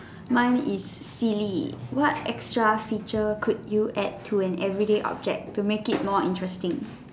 mine is silly what extra feature could you add to an everyday object to make it more interesting